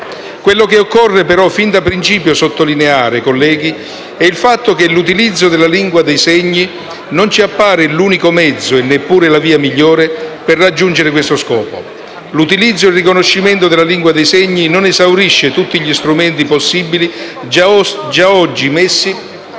Quello che occorre però fin dal principio sottolineare, colleghi, è il fatto che l'utilizzo della lingua dei segni non ci appare l'unico mezzo, e neppure la via migliore, per raggiungere questo scopo. L'utilizzo e il riconoscimento della LIS non esaurisce tutti gli strumenti possibili già oggi messi